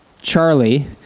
Charlie